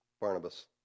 Barnabas